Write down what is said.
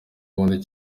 bundi